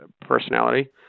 personality